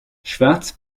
schwarz